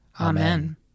amen